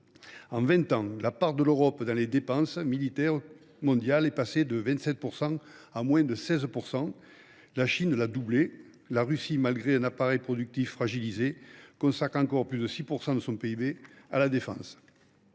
En vingt ans, la part de l’Europe dans les dépenses militaires mondiales est passée de 27 % à moins de 16 %. Dans le même temps, la part de la Chine a doublé. La Russie, malgré un appareil productif fragilisé, consacre encore plus de 6 % de son PIB à la défense.